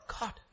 God